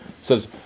says